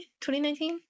2019